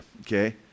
okay